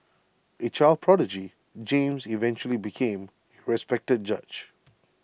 A child prodigy James eventually became A respected judge